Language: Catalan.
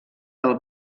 del